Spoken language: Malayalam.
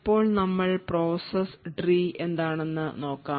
ഇപ്പോൾ നമ്മൾ പ്രോസസ്സ് ട്രീ എന്താണെന്നു നോക്കാം